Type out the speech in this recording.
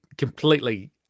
completely